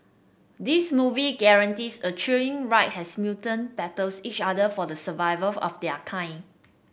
this movie guarantees a thrilling ride as mutant battles each other for the survival of their kind